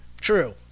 True